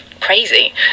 crazy